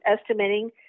estimating